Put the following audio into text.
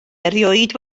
erioed